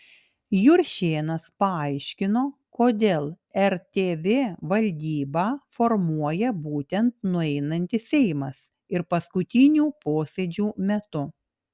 juršėnas paaiškino kodėl rtv valdybą formuoja būtent nueinantis seimas ir paskutinių posėdžių metu